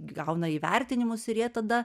gauna įvertinimus ir jie tada